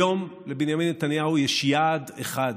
היום לבנימין נתניהו יש יעד אחד: